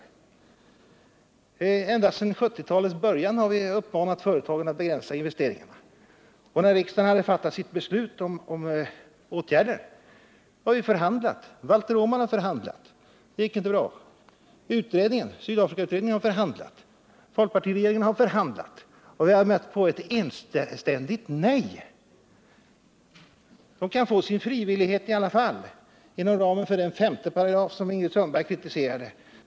Ända sedan 1970-talets början har vi uppmanat företagen att begränsa sina investeringar. Alltsedan riksdagen fattat sitt beslut om åtgärder har vi förhandlat. Valter Åman har förhandlat, men det gick inte bra. Sydafrikautredningen har förhandlat, folkpartiregeringen har förhandlat, men vi har alla mött ett enhälligt nej. Företagen kan få ha sin fria vilja i alla fall inom ramen för 5 §, som Ingrid Sundberg kritiserade.